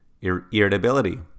irritability